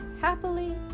happily